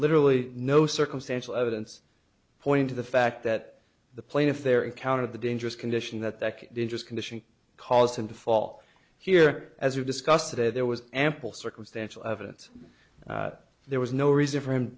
literally no circumstantial evidence pointing to the fact that the plaintiff there encountered the dangerous condition that that dangerous condition caused him to fall here as we've discussed today there was ample circumstantial evidence there was no reason for him to